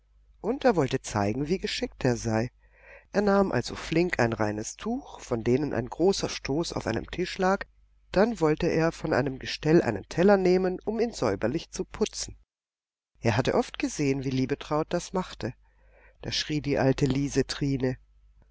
und er wollte zeigen wie geschickt er sei er nahm also flink ein reines tuch von denen ein großer stoß auf einem tisch lag dann wollte er von einem gestell einen teller nehmen um ihn säuberlich zu putzen er hatte oft gesehen wie liebetraut das machte da schrie die alte